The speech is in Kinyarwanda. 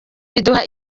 biduha